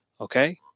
okay